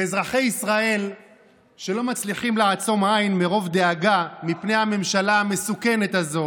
לאזרחי ישראל שלא מצליחים לעצום עין מרוב דאגה מפני הממשלה המסוכנת הזאת